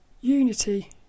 unity